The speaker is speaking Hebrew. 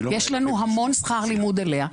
יש לנו המון שכר לימוד עליה.